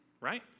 right